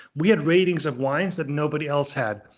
we had ratings of wines that nobody else had.